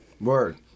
Word